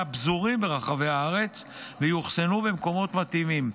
הפזורים ברחבי הארץ ויאוחסנו במקומות מתאימים,